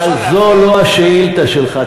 אבל זו לא השאילתה שלך.